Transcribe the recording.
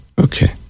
okay